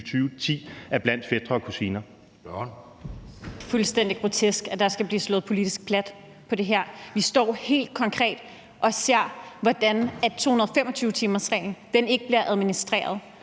Velasquez (EL): Det er fuldstændig grotesk, at der skal blive slået politisk plat på det her. Vi står helt konkret og ser, hvordan 225-timersreglen ikke bliver administreret,